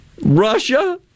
Russia